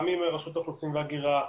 גם עם רשות האוכלוסין וההגירה,